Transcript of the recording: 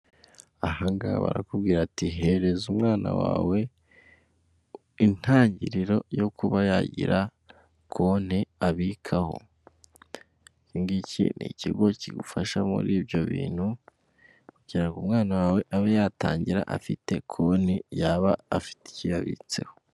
Aha ngaha barakubwira ati hereza umwana wawe intangiriro yo kuba yagira konti abikaho iki ni ikigo kigufasha muri ibyo bintu kugira ngo umwana wawe abe yatangira afite konti yaba afite icyo yabitseho.